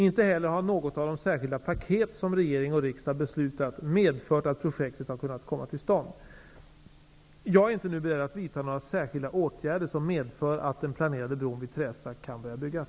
Inte heller har något av de särskilda ''paket'' som regering och riksdag beslutat om medfört att projektet har kunnat komma till stånd. Jag är inte nu beredd att vidta några särskilda åtgärder som medför att den planerade bron vid Trästa kan börja byggas.